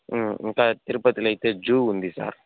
ఇంకా తిరుపతిలో అయితే జూ ఉంది సార్